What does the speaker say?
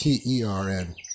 T-E-R-N